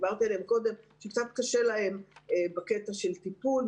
שקצת קשה להם בקטע של טיפול,